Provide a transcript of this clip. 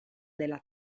della